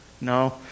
No